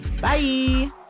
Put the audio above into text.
Bye